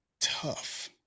tough